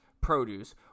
produce